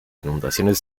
inundaciones